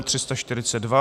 342.